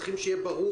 צריך שהכל יהיה ברור.